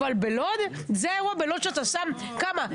אבל בלוד, זה אירוע בלוד שאתה שם כמה?